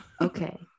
okay